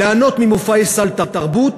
ליהנות ממופעי סל תרבות,